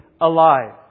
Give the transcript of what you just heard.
alive